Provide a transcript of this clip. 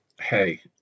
hey